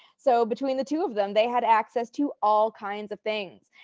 so between the two of them they had access to all kinds of things.